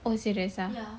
oh serious ah